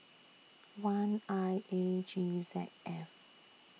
one I A G Z F